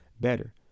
better